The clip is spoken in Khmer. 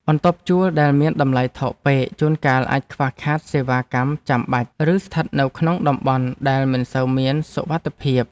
បន្ទប់ជួលដែលមានតម្លៃថោកពេកជួនកាលអាចខ្វះខាតសេវាកម្មចាំបាច់ ឬស្ថិតនៅក្នុងតំបន់ដែលមិនសូវមានសុវត្ថិភាព។